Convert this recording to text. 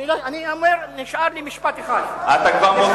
אני לא אוריד אותך עם מאבטחים, אתה תרד